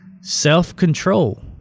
self-control